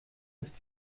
ist